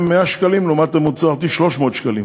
ואז הממשלה מכריזה, ואז היא באה להצטלם.